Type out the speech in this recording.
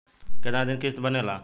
कितना दिन किस्त बनेला?